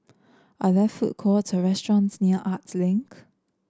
are there food courts or restaurants near Arts Link